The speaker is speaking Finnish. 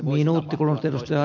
arvoisa puhemies